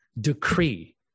decree